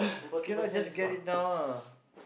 okay lah just get it down lah